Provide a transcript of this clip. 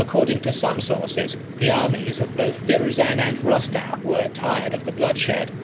according to some sources, the armies of both firuzan and rostam were tired of the bloodshed,